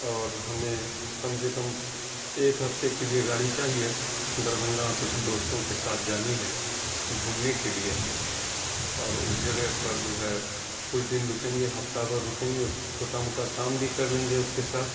اور ہمیں کم سے کم ایک ہفتے کے لیے گاڑی چاہیے دربھنگہ کچھ دوستوں کے ساتھ جانی ہے گھومنے کے لیے اور اس جگہ پر جو ہے کچھ دن رکیں گے ہفتہ بھر رکیں گے چھوٹا موٹا کام بھی کر لیں گے اس کے ساتھ